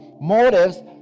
motives